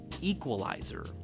equalizer